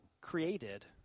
created